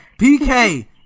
PK